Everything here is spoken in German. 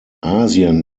asien